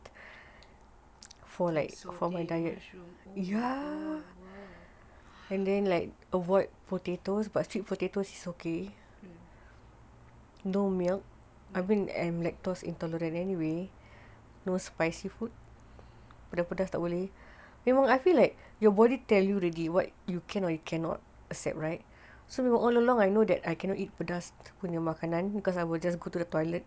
satay mushrooms oh my god